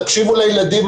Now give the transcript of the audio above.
תקשיבו לילדים,